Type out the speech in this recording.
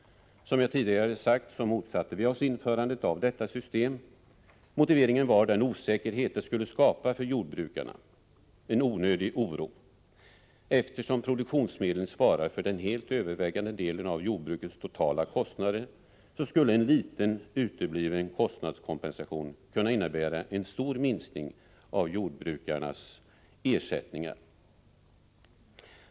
Som jag tidigare sagt motsatte vi oss införandet av detta system. Motiveringen var den osäkerhet det skulle skapa för jordbrukarna. Detta är en onödig oro. Eftersom produktionmedlen svarar för den helt övervägande delen av jordbrukets totala konstnader, skulle en liten utebliven kostnadskompensation kunna innebära en stor minskning av jordbrukarnas ersättningar.